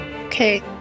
Okay